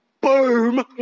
boom